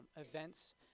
events